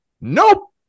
Nope